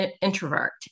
introvert